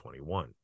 21